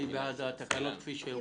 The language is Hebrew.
מי בעד התקנות כפי שהוקראו,